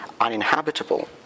uninhabitable